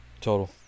total